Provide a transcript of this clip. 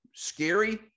scary